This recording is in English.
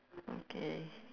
okay